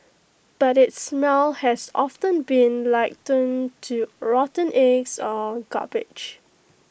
but its smell has often been likened to rotten eggs or garbage